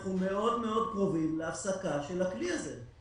אנחנו מאוד קרובים להפסקה של הכלי הזה,